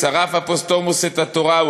שרף אפוסטמוס את התורה,